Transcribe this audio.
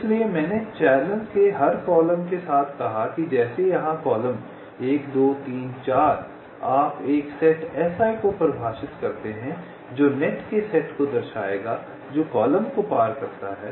इसलिए मैंने इस चैनल के हर कॉलम के साथ कहा है जैसे कि यहां कॉलम 1 2 3 4 आप एक सेट Si को परिभाषित करते हैं जो नेट के सेट को दर्शाएगा जो कॉलम को पार करता है